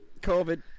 COVID